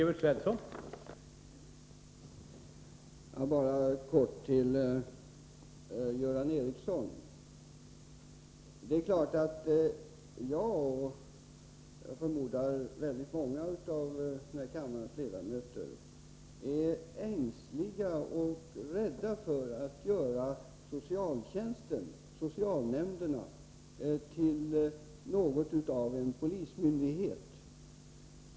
Herr talman! Helt kort till Göran Ericsson: Det är klart att jag och också förmodligen väldigt många av kammarens ledamöter är ängsliga och rädda för att göra socialtjänsten, socialnämnderna, till något av en polismyndighet.